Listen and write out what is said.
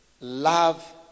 Love